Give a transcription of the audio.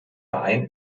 verein